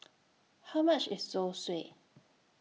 How much IS Zosui